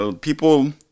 people